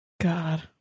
God